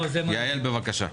יעל לינדנברג, בבקשה.